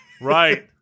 Right